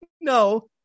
no